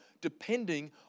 depending